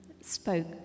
spoke